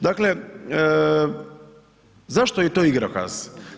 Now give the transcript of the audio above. Dakle, zašto je to igrokaz?